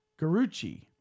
Garucci